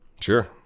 Sure